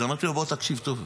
אז אמרתי לו: בוא, תקשיב טוב,